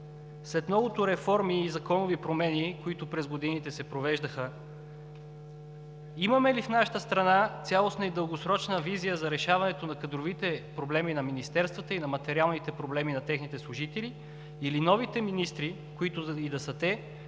след многото реформи и законови промени, които през годините се провеждаха, имаме ли в нашата страна цялостна и дългосрочна визия за решаването на кадровите проблеми на министерствата и на материалните проблеми на техните служители, или новите министри, които и да са те,